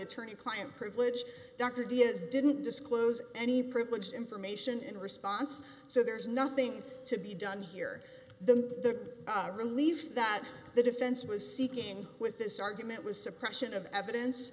attorney client privilege doctor dia's didn't disclose any privileged information in response so there is nothing to be done here the relieved that the defense was seeking with this argument was suppression of evidence